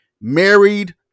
Married